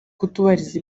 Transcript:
kutubahiriza